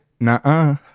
nah